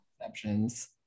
exceptions